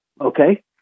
Okay